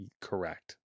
Correct